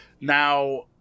Now